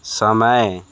समय